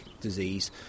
disease